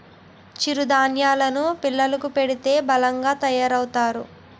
చిరు ధాన్యేలు ను పిల్లలకు పెడితే బలంగా తయారవుతారు